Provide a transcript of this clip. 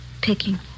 picking